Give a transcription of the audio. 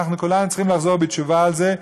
כולנו צריכים לחזור בתשובה על זה.